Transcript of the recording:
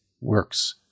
works